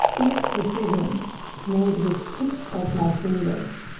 each decision made with tips of my fingers.